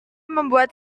membuat